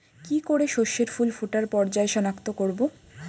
কি করে শস্যের ফুল ফোটার পর্যায় শনাক্ত করব?